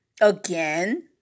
again